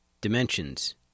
dimensions